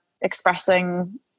expressing